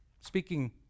speaking